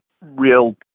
real